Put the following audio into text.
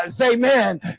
Amen